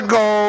go